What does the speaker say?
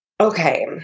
Okay